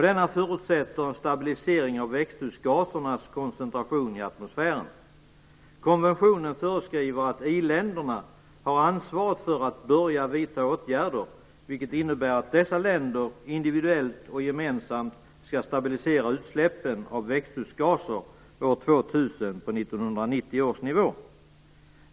Denna förutsätter en stabilisering av växthusgasernas koncentration i atmosfären. Konventionen föreskriver att i-länderna har ansvaret för att börja vidta åtgärder, vilket innebär att dessa länder individuellt och gemensamt år 2000 skall stabilisera utsläppen av växthusgaser på 1990 års nivå.